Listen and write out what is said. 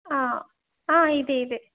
ఆ ఇదే ఇదే